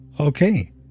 Okay